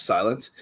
Silent